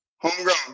Homegrown